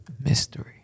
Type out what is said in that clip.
Mystery